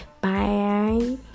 bye